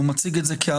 הוא מציג את זה כהלכה.